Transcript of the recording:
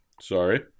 Sorry